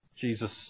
Jesus